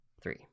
three